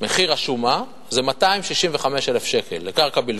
מחיר השומה זה 265,000 שקלים לקרקע בלבד.